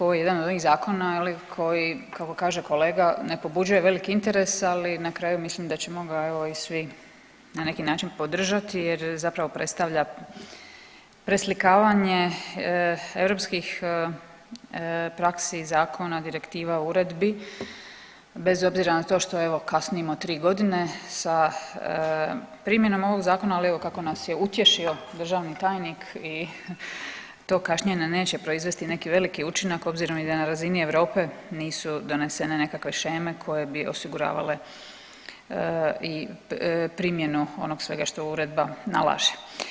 Ovo je jedan od onih zakona koji kako kaže kolega ne pobuđuje veliki interes, ali na kraju mislim da ćemo ga evo i svi na neki način podržati, jer zapravo predstavlja preslikavanje europskih praksi, zakona, direktiva, uredbi bez obzira na to što evo kasnimo tri godine sa primjenom ovog zakona, ali evo kako nas je utješio državni tajnik i to kašnjenje neće proizvesti neki veliki učinak obzirom da i na razini Europe nisu donesene nekakve sheme koje bi osiguravale i primjenu onog svega što uredba nalaže.